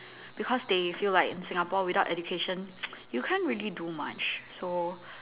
because they feel like in Singapore without education you can't really do much so